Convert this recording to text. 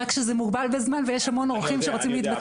רק שזה מוגבל בזמן ויש המון אורחים שרוצים להתבטא.